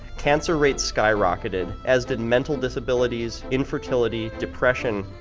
cancer rates skyrocketed, as did mental disabilities, infertility, depression,